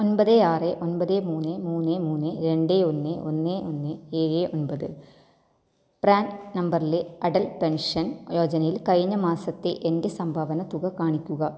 ഒൻപത് ആറ് ഒൻപത് മൂന്ന് മൂന്ന് മൂന്ന് രണ്ട് ഒന്ന് ഒന്ന് ഒന്നേ് ഏഴ് ഒമ്പത് പ്രാൻ നമ്പറിലെ അടൽ പെൻഷൻ യോജനയിൽ കഴിഞ്ഞ മാസത്തെ എൻ്റെ സംഭാവന തുക കാണിക്കുക